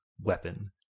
weapon